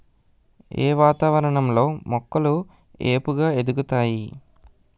ఏ వాతావరణం లో మొక్కలు ఏపుగ ఎదుగుతాయి?